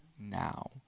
now